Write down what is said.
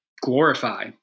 glorify